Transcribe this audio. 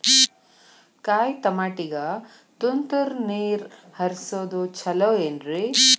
ಕಾಯಿತಮಾಟಿಗ ತುಂತುರ್ ನೇರ್ ಹರಿಸೋದು ಛಲೋ ಏನ್ರಿ?